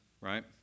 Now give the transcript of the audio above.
right